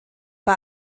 bei